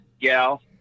gal